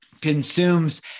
consumes